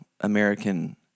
American